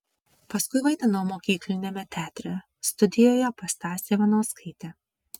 paskui vaidinau mokykliniame teatre studijoje pas stasę ivanauskaitę